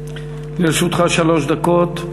לרשותך שלוש דקות.